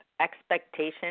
expectation